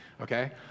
okay